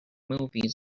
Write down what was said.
movies